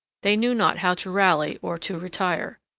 they knew not how to rally or to retire.